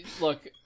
look